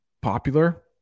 popular